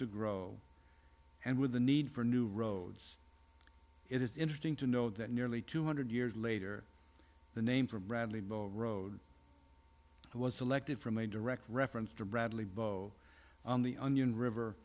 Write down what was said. to grow and with a need for new roads it is interesting to know that nearly two hundred years later the name from bradley mo road was selected from a direct reference to bradley bow on the onion river